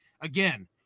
again